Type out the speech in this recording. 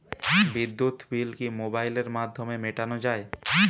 বিদ্যুৎ বিল কি মোবাইলের মাধ্যমে মেটানো য়ায়?